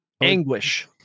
Anguish